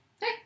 Hey